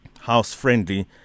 house-friendly